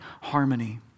harmony